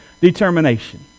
determination